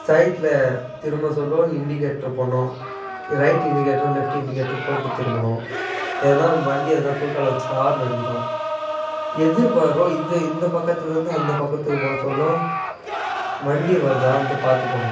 சைடில் திரும்ப சொல்ல இண்டிகேட்ரு போடணும் ரைட் இண்டிகேட்டரும் லெஃப்ட் இண்டிகேட்டரும் போட்டு திரும்பணும் ஏன்னா வண்டி எதுனா குறுக்கால வந்துச்சுன்னா ஹாரன் அடிக்கணும் எதிர்பாரும் இந்த இந்த பக்கத்திலேருந்து அந்த பக்கத்துக்கு போக சொல்ல வண்டி வருதான்ட்டு பார்த்து போகணும்